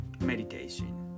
Meditation